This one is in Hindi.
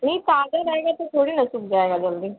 नहीं ताज़ा रहेगा तो थोड़ी ना सूख जाएगा जल्दी